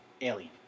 alien